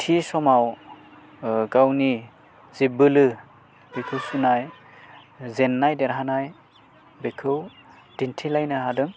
थि समाव गावनि जे बोलो बिखौ सुनाय जेननाय देरहानाय बेखौ दिन्थिलायनो हादों